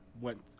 went